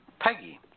Peggy